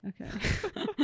okay